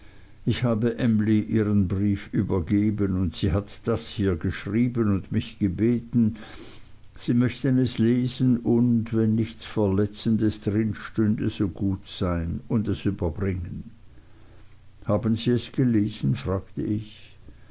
ich habe emly ihren brief übergeben und sie hat das hier geschrieben und mich gebeten sie möchten es lesen und wenn nichts verletzendes drin stünde so gut sein und es überbringen haben sie es gelesen fragte ich